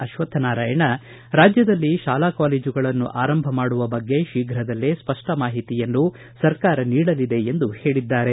ಅಶ್ವಕ್ಥನಾರಾಯಣ ರಾಜ್ಕದಲ್ಲಿ ಶಾಲಾ ಕಾಲೇಜುಗಳನ್ನು ಆರಂಭ ಮಾಡುವ ಬಗ್ಗೆ ಶೀಘದಲ್ಲೇ ಸ್ಪಷ್ಟ ಮಾಹಿತಿಯನ್ನು ಸರಕಾರ ನೀಡಲಿದೆ ಎಂದು ಹೇಳಿದ್ದಾರೆ